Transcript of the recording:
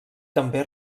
també